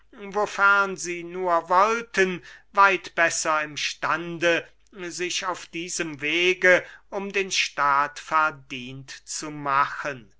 wofern sie nur wollten weit besser im stande sich auf diesem wege um den staat verdient zu machen